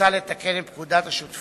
מוצע לתקן את פקודת השותפויות